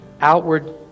outward